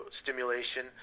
stimulation